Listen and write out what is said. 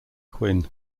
quinn